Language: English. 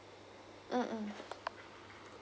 mm mm